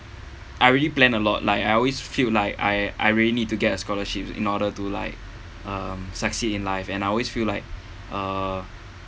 I really plan a lot like I always feel like I I really need to get a scholarship in order to like um succeed in life and I always feel like uh